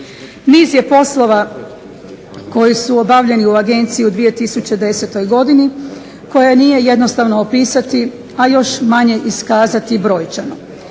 Niz je poslova koji su obavljani u Agenciji u 2010. koja nije jednostavno opisati a još manje iskazati brojčano.